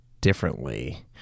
differently